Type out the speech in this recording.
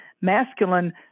masculine